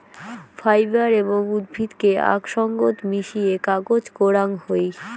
fibre এবং উদ্ভিদকে আক সঙ্গত মিশিয়ে কাগজ করাং হই